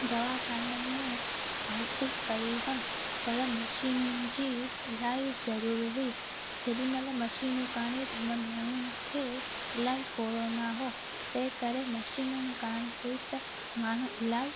दवाखाननि में भर्ती कयी हुअनि पर मशीनुनि जी अलाई ज़रूरत हुई जेॾी महिल मशीनूं कान हुई तेॾीमहिल माण्हुनि खे अलाई कोरोना हो तंहिं करे मशीनुनि कान हुई त माण्हू अलाई